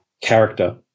character